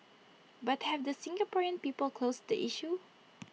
but have the Singaporean people closed the issue